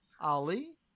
Ali